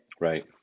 Right